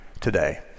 today